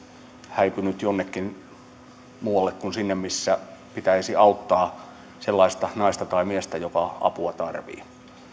häipynyt jonnekin muualle kuin sinne missä pitäisi auttaa sellaista naista tai miestä joka apua tarvitsee